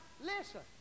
Listen